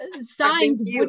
signs